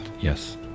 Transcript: yes